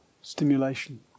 stimulation